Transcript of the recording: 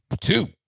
Two